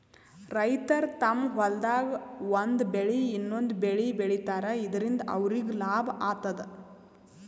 ರೈತರ್ ತಮ್ಮ್ ಹೊಲ್ದಾಗ್ ಒಂದ್ ಬೆಳಿ ಇನ್ನೊಂದ್ ಬೆಳಿ ಬೆಳಿತಾರ್ ಇದರಿಂದ ಅವ್ರಿಗ್ ಲಾಭ ಆತದ್